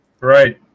Right